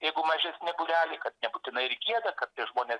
jeigu mažesni gali kad nebūtinai ir gieda kartais žmonės